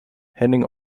henning